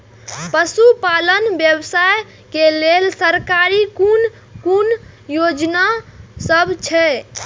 पशु पालन व्यवसाय के लेल सरकारी कुन कुन योजना सब छै?